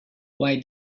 why